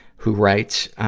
who writes,